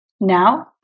Now